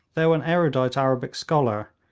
though an erudite arabic scholar,